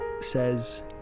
says